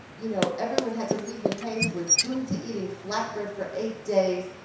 you know, everyone had to leave in haste, we're doomed to eating flatbread for eight days,